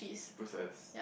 processed